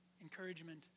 encouragement